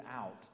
out